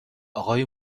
آقای